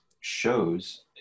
shows